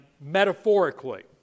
metaphorically